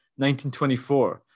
1924